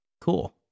cool